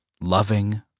loving